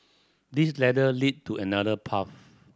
this ladder lead to another path